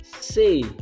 Say